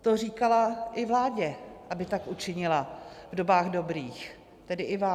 to říkala i vládě, aby tak učinila v dobách dobrých, tedy i vám.